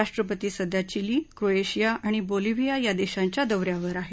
राष्ट्रपती सध्या Chile Croatia आणि बोलिव्हिया या देशांच्या दौ यावर आहेत